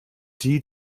die